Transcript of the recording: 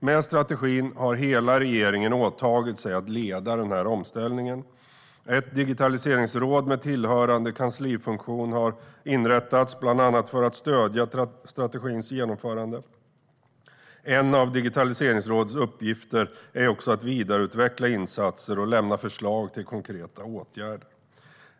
Med strategin har hela regeringen åtagit sig att leda omställningen. Ett digitaliseringsråd med tillhörande kanslifunktion har inrättats, bland annat för att stödja strategins genomförande. En av Digitaliseringsrådets uppgifter är också att vidareutveckla insatser och lämna förslag till konkreta åtgärder.